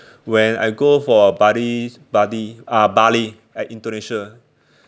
when I go for buddy buddy ah Bali at Indonesia